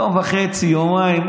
יום וחצי, יומיים.